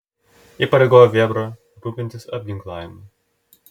įpareigojo vėbrą rūpintis apginklavimu